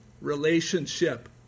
relationship